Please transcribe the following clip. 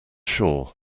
sure